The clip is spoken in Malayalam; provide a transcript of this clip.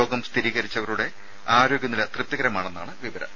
രോഗം സ്ഥിരീകരിച്ചവരുടെ ആരോഗ്യനില തൃപ്തികരമാണെന്നാണ് വിവരം